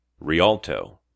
Rialto